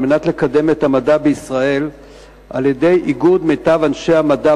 על מנת לקדם את המדע בישראל על-ידי איגוד מיטב אנשי המדע